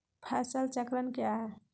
फसल चक्रण क्या है?